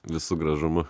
visu gražumu